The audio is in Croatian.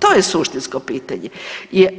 To je suštinsko pitanje